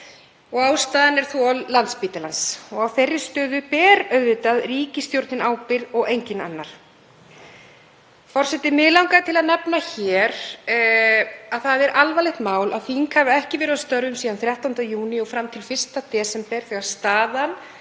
Ástæðan er þol Landspítalans og á þeirri stöðu ber auðvitað ríkisstjórnin ábyrgð og enginn annar. Forseti. Mig langaði til að nefna hér að það er alvarlegt mál að þing hafi ekki verið að störfum síðan 13. júní og fram til 1. desember þegar staðan